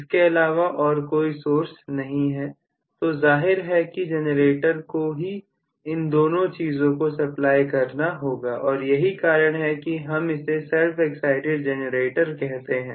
इसके अलावा और कोई सोर्स नहीं है तो जाहिर है कि जनरेटर को ही इन दोनों चीजों को सप्लाई करना होगा और यही कारण है कि हम इसे self excited जनरेटर कहते हैं